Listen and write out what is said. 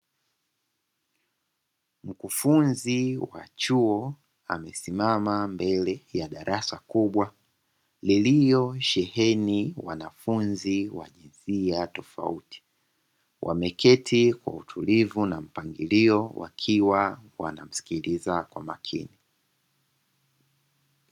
Mkufunzi wa chuo amesimama mbele ya darasa kubwa lililosheheni wanafunzi wa jinsia tofauti, wameketi kwa utulivu na mpangalio wakiwa wanamsikiliza kwa makini.